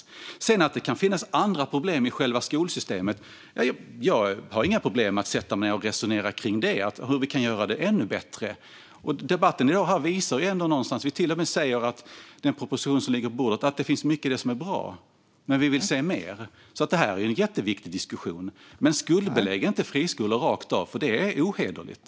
När det sedan gäller att det kan finnas andra problem i själva skolsystemet har jag inga problem att sätta mig ned och resonera kring det och hur vi kan göra det ännu bättre. Debatten i dag visar ju ändå någonstans att det finns mycket som är bra; det sägs till och med i den proposition som ligger på bordet. Vi vill dock se mer. Detta är alltså en jätteviktig diskussion, men skuldbelägg inte friskolor rakt av! Det är ohederligt.